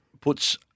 puts